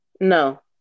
No